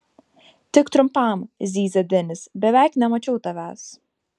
tik trumpam zyzia denis beveik nemačiau tavęs